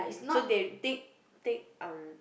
so they take take um